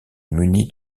munies